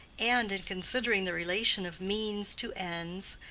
and in considering the relation of means to ends,